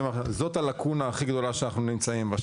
עליו זאת הלקונה הכי גדולה שאנחנו נמצאים בה,